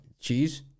Cheese